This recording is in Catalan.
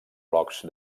blocs